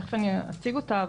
תכף אציג אותה,